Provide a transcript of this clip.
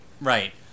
Right